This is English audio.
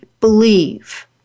believe